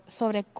sobre